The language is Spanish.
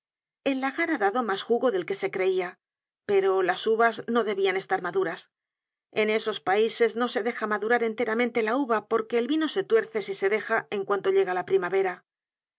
el lagar ha dado mas jugo del que se creia pero las uvas no debian estar maduras en esos paises no se deja madurar enteramente la uva porque el vino se tuerce si se deja en cuanto llega la primavera